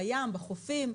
בים בחופים,